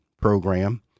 program